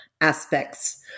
aspects